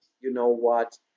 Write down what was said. you-know-what